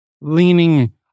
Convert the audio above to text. leaning